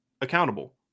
accountable